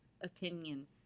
opinion